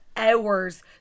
Hours